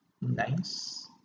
nice